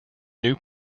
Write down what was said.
new